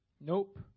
Nope